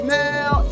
now